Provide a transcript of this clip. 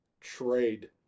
trade